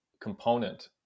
component